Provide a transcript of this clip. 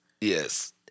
Yes